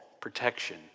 Protection